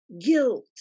guilt